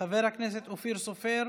חבר הכנסת אופיר סופר,